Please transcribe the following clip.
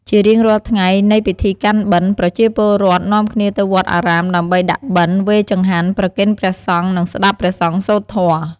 ជារៀងរាល់ថ្ងៃនៃពិធីកាន់បិណ្ឌ ប្រជាពលរដ្ឋនាំគ្នាទៅវត្តអារាមដើម្បីដាក់បិណ្ឌ វេចង្ហាន់ ប្រគេនព្រះសង្ឃ និងស្ដាប់ព្រះសង្ឃសូត្រធម៌។